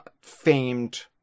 famed